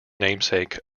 namesake